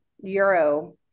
Euro